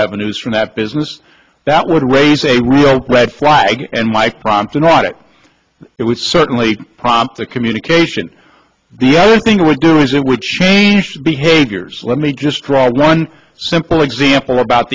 revenues from that business that would raise a red flag and why prompt an audit it would certainly prompt the communication the other thing would do is it would change behaviors let me just draw one simple example about